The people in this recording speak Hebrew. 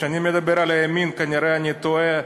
כשאני מדבר על הימין כנראה אני טועה,